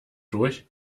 durch